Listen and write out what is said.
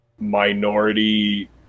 minority